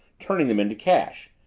turning them into cash.